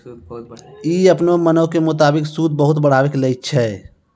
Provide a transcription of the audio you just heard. इ अपनो मनो के मुताबिक सूद बहुते बढ़ाय के लै छै